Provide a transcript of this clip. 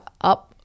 up